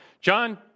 John